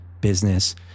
Business